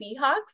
Seahawks